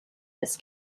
this